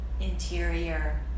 interior